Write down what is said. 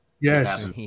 Yes